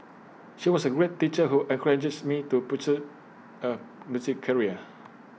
she was A great teacher who encourages me to pursue A music career